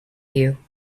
you